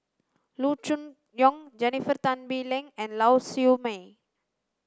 Loo Choon Yong Jennifer Tan Bee Leng and Lau Siew Mei